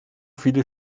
viele